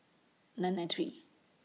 nine nine three